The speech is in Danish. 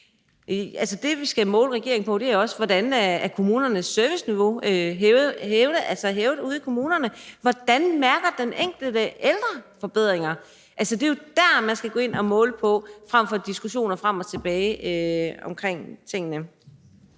Det, vi skal måle regeringen på, er også, hvordan kommunernes serviceniveau er hævet, altså er det hævet ude i kommunerne? Hvordan mærker den enkelte ældre forbedringer? Det er jo der, man skal gå ind at måle på det, frem for diskussioner frem og tilbage omkring tingene.